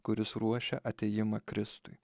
kuris ruošia atėjimą kristui